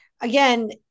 again